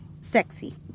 sexy